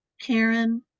Karen